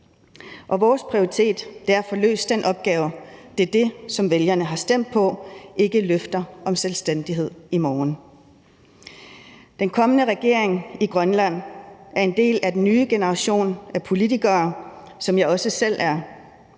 og vores prioritet er at få løst den opgave. Det er det, som vælgerne har stemt på, og ikke løfter om selvstændighed i morgen. Den kommende regering i Grønland er en del af den nye generation af politikere, som jeg også selv er